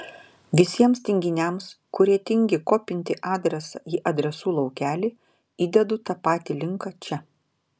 visiems tinginiams kurie tingi kopinti adresą į adresų laukelį įdedu tą patį linką čia